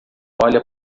olha